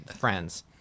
friends